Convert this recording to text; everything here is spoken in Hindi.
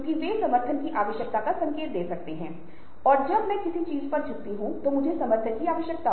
इसलिए यह हमें बताता है कि कोई ऐसा तरीका है जो किसी का अच्छी तरह से नेटवर्क या कम नेटवर्क है